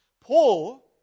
Paul